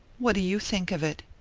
what do you think of it?